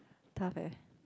tough eh